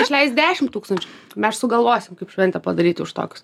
išleist dešim tūkstančių mes sugalvosim kaip šventę padaryti už tokius